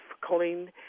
Colleen